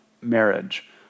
marriage